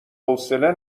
حوصله